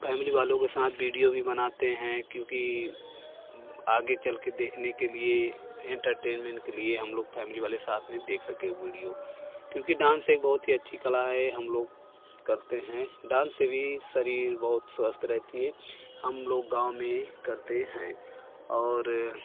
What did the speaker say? family वालों के साथ वीडियो भी बनाते हैं क्योंकि आगे चल के देखने के लिए इंटरटेन्मेंट के लिए हम लोग फैमिली वाले साथ में देख सकें वीडियो क्योंकि डांस एक बहुत ही अच्छी कला है हम लोग करते हैं डांस से भी शरीर बहुत स्वस्थ रहता है हम लोग गाँव में करते है और